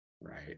right